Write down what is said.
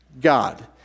God